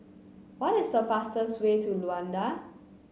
what is the fastest way to Luanda